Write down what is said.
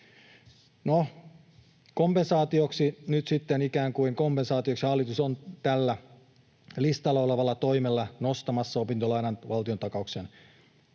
No, nyt sitten ikään kuin kompensaatioksi hallitus on tällä listalla olevalla toimella nostamassa opintolainan valtiontakauksen